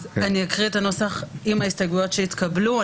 אני אקריא את הנוסח, עם ההסתייגויות שהתקבלו.